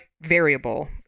variable